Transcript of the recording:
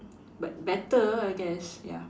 but better I guess ya